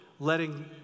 Letting